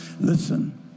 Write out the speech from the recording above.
Listen